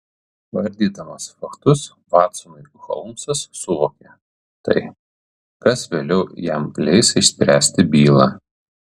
vardydamas faktus vatsonui holmsas suvokia tai kas vėliau jam leis išspręsti bylą